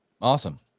Awesome